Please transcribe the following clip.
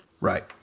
Right